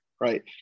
right